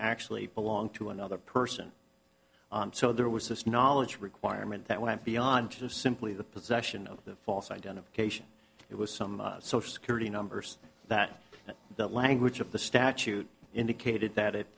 actually belonged to another person so there was this knowledge requirement that went beyond just simply the possession of the false identification it was some social security numbers that the language of the statute indicated that it